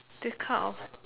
this kind of